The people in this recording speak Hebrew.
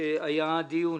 שהיה דיון